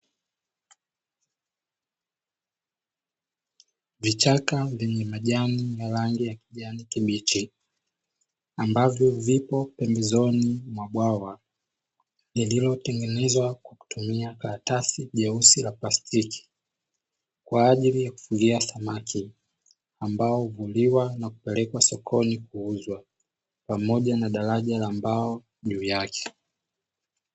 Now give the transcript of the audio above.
Vichaka vyenye majani ya rangi ya kijani kibichi ambavyo vipo pembezoni mwa bwana lililotengenezwa kwa kutumia karatasi jeusi la plastiki kwajili ya kufugia samaki, ambao huliwa na kupelekwa sokoni kuuzwa pamoja na daraja la mbao juu yake.